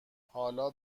حالا